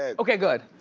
okay good.